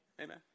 Amen